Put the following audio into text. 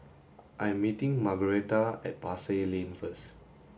I am meeting Margaretta at Pasar Lane first